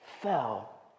fell